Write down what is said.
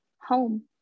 home